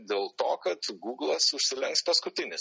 dėl to kad guglas užsilenks paskutinis